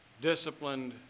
disciplined